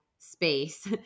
space